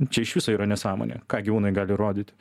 čia iš viso yra nesąmonė ką gyvūnai gali rodyti